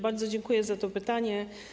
Bardzo dziękuję za to pytanie.